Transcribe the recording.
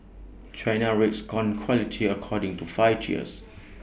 China rates corn quality according to five tiers